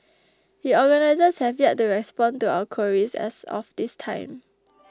the organisers have yet to respond to our queries as of this time